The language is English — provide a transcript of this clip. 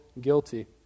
guilty